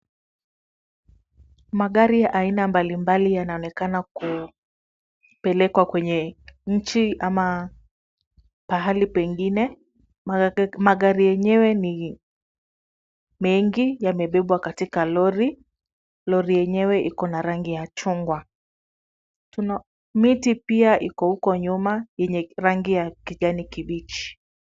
Magari ya aina mbalimbali yanaonekana kupelekwa kwenye nchi ama pahali pengine. Magari yenyewe ni mengi, yamebebwa katika lori. Lori yenyewe iko na rangi ya chungwa. Miti pia iko uko nyuma yenye rangi ya kijani kibichi.